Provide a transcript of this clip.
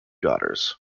daughters